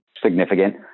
significant